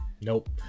Nope